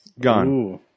Gone